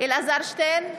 אלעזר שטרן,